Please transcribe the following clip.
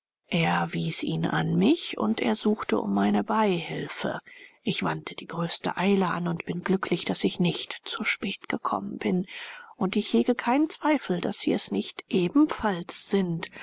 er wies ihn an mich und ersuchte um meine beihilfe ich wandte die größte eile an und bin glücklich daß ich nicht zu spät gekommen bin und ich hege keinen zweifel daß sie es nicht ebenfalls sind